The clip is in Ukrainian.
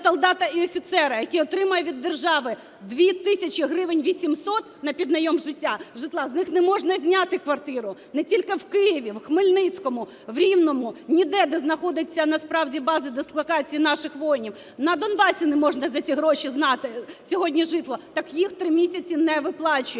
солдата і офіцера, який отримує від держави 2 тисячі гривень 800 під найм житла, за них не можна зняти квартиру (не тільки в Києві – в Хмельницькому, в Рівному, ніде, де знаходиться насправді бази дислокації наших воїнів, на Донбасі не можна за ці гроші зняти сьогодні житло), так їх три місяці не виплачують.